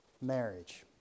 Marriage